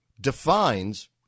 defines